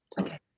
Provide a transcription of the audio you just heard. Okay